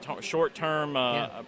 short-term